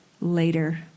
later